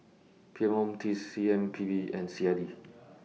P M O T C M P B and C I D